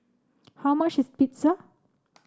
how much is Pizza